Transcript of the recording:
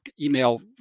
email